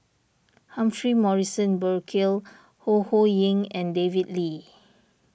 Humphrey Morrison Burkill Ho Ho Ying and David Lee